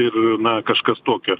ir na kažkas tokio